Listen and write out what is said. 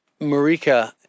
Marika